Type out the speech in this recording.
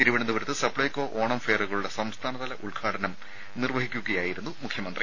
തിരുവനന്തപുരത്ത് സപ്ലൈക്കോ ഓണം ഫെയറുകളുടെ സംസ്ഥാനതല ഉദ്ഘാടനം നിർവഹി ക്കുകയായിരുന്നു മുഖ്യമന്ത്രി